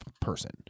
person